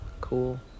cool